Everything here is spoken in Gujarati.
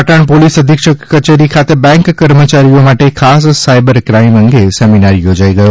પાટણ પોલીસ અધિક્ષક કચેરી ખાતે બેન્ક કર્મચારીઓ માટે ખાસ સાયબર ક્રાઇમ અંગે સેમિનાર યોજાઈ ગયો